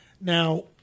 now